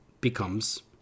becomes